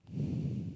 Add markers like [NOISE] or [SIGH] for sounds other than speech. [BREATH]